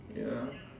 ya